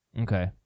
Okay